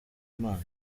imana